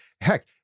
Heck